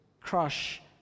crush